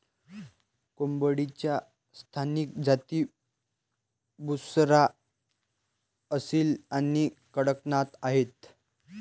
कोंबडीच्या स्थानिक जाती बुसरा, असील आणि कडकनाथ आहेत